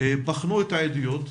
בחנו את העדויות,